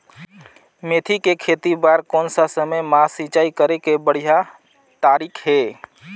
मेथी के खेती बार कोन सा समय मां सिंचाई करे के बढ़िया तारीक हे?